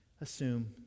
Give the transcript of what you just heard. assume